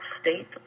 state